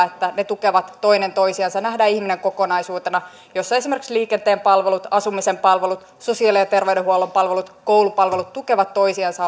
että ne tukevat toinen toisiansa ja nähdä ihminen kokonaisuutena siinä esimerkiksi liikenteen palvelut asumisen palvelut sosiaali ja terveydenhuollon palvelut koulupalvelut tukevat toisiansa